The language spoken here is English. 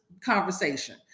conversation